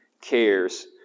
cares